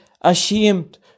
ashamed